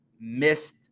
missed